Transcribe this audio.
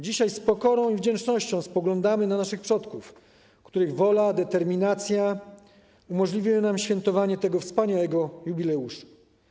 Dzisiaj z pokorą i wdzięcznością spoglądamy na naszych przodków, których wola i determinacja umożliwiły nam świętowanie tego wspaniałego jubileuszu.